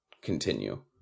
continue